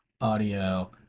audio